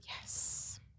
Yes